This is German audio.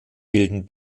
bilden